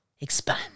Expand